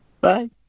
Bye